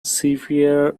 severe